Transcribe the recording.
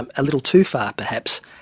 and a little too far perhaps.